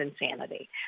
insanity